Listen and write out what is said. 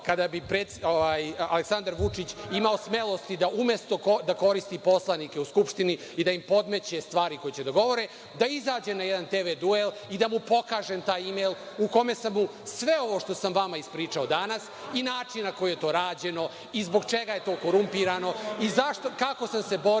kada bi Aleksandar Vučić imao smelosti da umesto da koristi poslanike u Skupštine i da im podmeće stvari koje će da govore, da izađe na jedan tv duel i da mu pokažem taj mejl u kome sam mu sve ovo što sam vama ispričao danas i način na koji je to rađeno i zbog čega je to korumpirano i kako sam se borio